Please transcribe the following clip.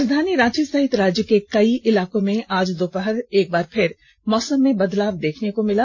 राजधानी रांची सहित राज्य के कई इलाकों में आज दोपहर में एक बार फिर मौसम में बदलाव देखने को मिला